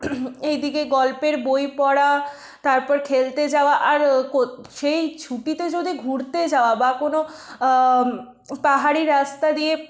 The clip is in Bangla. এইদিকে গল্পের বই পড়া তারপর খেলতে যাওয়া আর সেই ছুটিতে যদি ঘুরতে যাওয়া বা কোনো পাহাড়ি রাস্তা দিয়ে